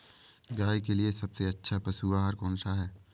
गाय के लिए सबसे अच्छा पशु आहार कौन सा है?